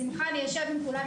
בשמחה אשב עם כולם,